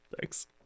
Thanks